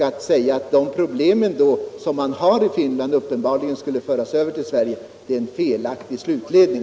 Att säga att problem därmed skulle föras över till Sverige är en felaktig slutledning.